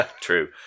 True